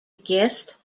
guest